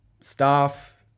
staff